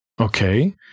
Okay